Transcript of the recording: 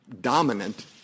dominant